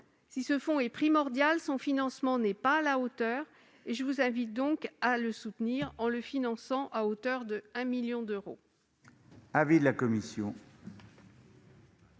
Si ce fonds est primordial, son financement n'est pas à la hauteur. Mes chers collègues, je vous invite donc à le soutenir en le finançant à hauteur de 1 million d'euros.